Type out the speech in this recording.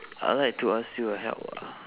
I would like to ask you a help lah